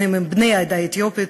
אם בני העדה האתיופית,